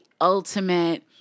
ultimate